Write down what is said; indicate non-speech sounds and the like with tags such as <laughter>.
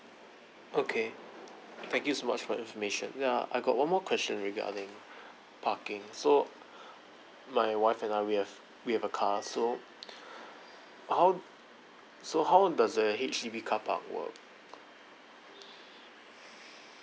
okay thank you so much for your information ya I got one more question regarding parking so my wife and I we have we have a car so <breath> how so how does the H_D_B car park work